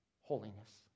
holiness